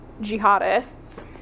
jihadists